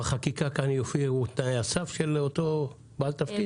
בחקיקה כאן יופיעו תנאי הסף של אותו בעל תפקיד?